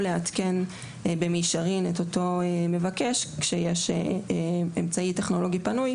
לעדכן במישרין את אותו מבקש שיש אמצעי טכנולוגי פנוי.